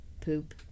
poop